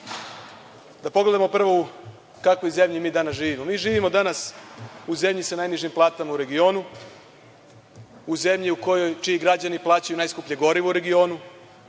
da pogledamo prvo u kakvoj zemlji mi danas živimo. Mi živimo danas u zemlji sa najnižim platama u regionu, u zemlji čiji građani plaćaju najskuplje gorivo u regionu,